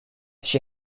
she